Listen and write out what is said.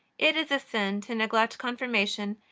it is a sin to neglect confirmation,